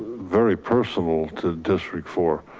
very personal to district four.